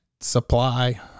supply